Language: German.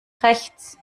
rechts